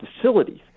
facilities